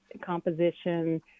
composition